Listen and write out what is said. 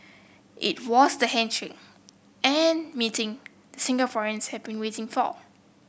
it was the handshake and meeting Singaporeans have been waiting for